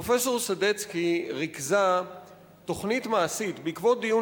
פרופסור סדצקי ריכזה תוכנית מעשית בעקבות דיון